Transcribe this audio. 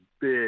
Big